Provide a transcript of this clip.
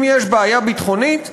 אם יש בעיה ביטחונית,